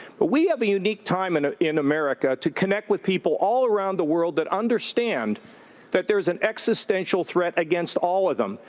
but we have a unique time and ah in america to connect with people all around the world that understand that there's an existential threat against all of them,